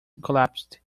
collapsed